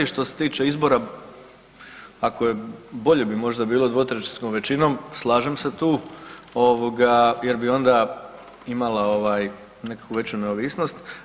Što se tiče izbora, bolje bi možda bilo dvotrećinskom većinom, slažem se tu jer bi onda imala nekako veću neovisnost.